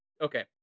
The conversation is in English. Okay